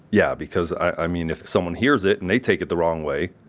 yeah, because i mean if someone hears it and they take it the wrong way,